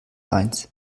eins